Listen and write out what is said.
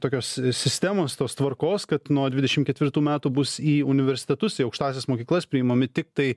tokios sistemos tos tvarkos kad nuo dvidešim ketvirtų metų bus į universitetus į aukštąsias mokyklas priimami tiktai